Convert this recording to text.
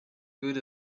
good